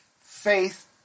Faith